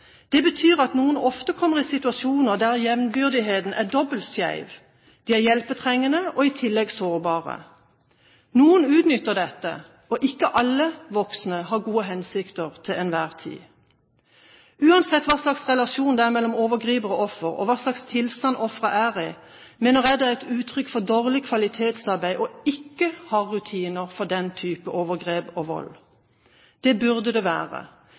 Det betyr at noen ofte kommer i situasjoner der jevnbyrdigheten er dobbelt skjev – de er hjelpetrengende og i tillegg sårbare. Noen utnytter dette. Ikke alle voksne har gode hensikter til enhver tid. Uansett hva slags relasjon det er mellom overgriper og offer, og hva slags tilstand offeret er i, mener jeg det er et uttrykk for dårlig kvalitet i arbeidet ikke å ha rutiner for den type overgrep og vold. Det burde det være